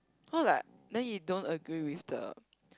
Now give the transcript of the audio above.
cause like then he don't agree with the